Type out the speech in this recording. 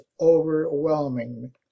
overwhelming